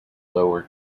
lower